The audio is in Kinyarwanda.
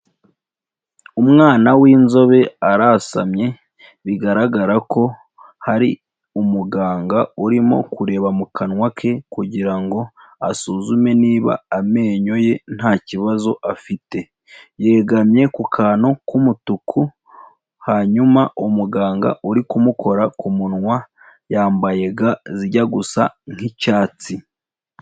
Umwana w'inzobe arasamye bigaragara ko hari umuganga urimo kureba mu kanwa ke kugira ngo asuzume niba amenyo ye nta kibazo afite, yegamye ku kantu k'umutuku hanyuma umuganga uri kumukora ku kumunwa yambaye ga zijya gusa nk'icyatsi.